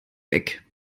weg